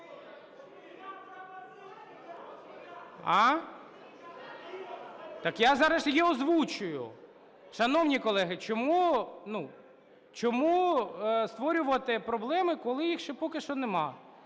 Так я зараз її озвучую. Шановні колеги, чому створювати проблеми, коли їх ще поки що нема?